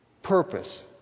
purpose